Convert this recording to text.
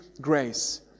grace